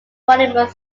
monument